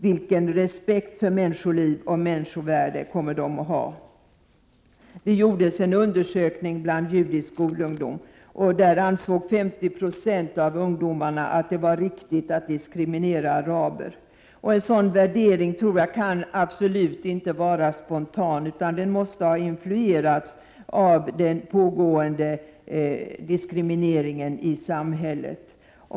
Vilken respekt för människoliv och människovärde kommer de att ha? Det gjordes en undersökning bland judiska skolungdomar. Enligt den ansåg 50 26 av ungdomarna att det var riktigt att diskriminera araber. En sådan värdering kan absolut inte vara spontan, utan den måste ha influerats av den pågående diskrimineringen i samhället.